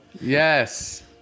Yes